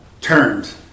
turned